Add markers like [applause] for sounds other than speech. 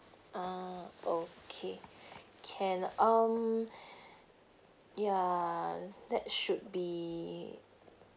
ah okay can um [breath] ya that should be